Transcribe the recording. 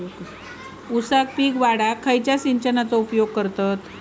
ऊसाचा पीक वाढाक खयच्या सिंचनाचो उपयोग करतत?